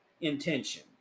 intention